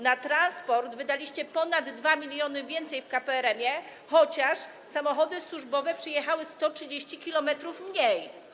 Na transport wydaliście ponad 2 mln więcej w KPRM-ie, chociaż samochody służbowe przejechały o 130 km mniej.